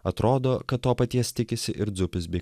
atrodo kad to paties tikisi ir dzupis bei